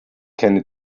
keine